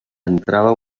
entrava